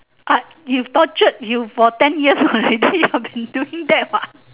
but you tortured you for ten years already you have been doing that what